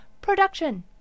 production